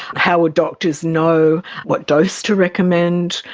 how would doctors know what dose to recommend,